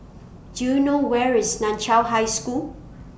Do YOU know Where IS NAN Chiau High School